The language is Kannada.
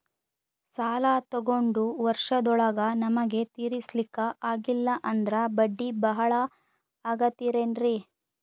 ಸಾಲ ತೊಗೊಂಡು ವರ್ಷದೋಳಗ ನಮಗೆ ತೀರಿಸ್ಲಿಕಾ ಆಗಿಲ್ಲಾ ಅಂದ್ರ ಬಡ್ಡಿ ಬಹಳಾ ಆಗತಿರೆನ್ರಿ?